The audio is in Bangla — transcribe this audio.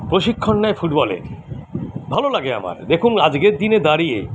প্রশিক্ষণ নেয় ফুটবলের ভালো লাগে আমার দেখুন আজকের দিনে দাঁড়িয়ে